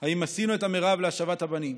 אם עשינו את המרב להשבת הבנים,